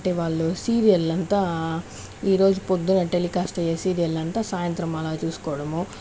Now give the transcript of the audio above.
అంటే వాళ్ళు సీరియల్ అంతా ఈరోజు పొద్దున టెలికాస్ట్ అయ్యే సీరియల్ అంతా సాయంత్రం అలా చూసుకోవడము